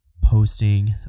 posting